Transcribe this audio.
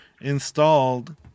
installed